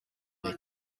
way